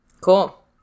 Cool